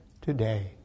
today